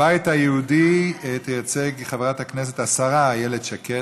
את הבית היהודי תייצג השרה איילת שקד.